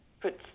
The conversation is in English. put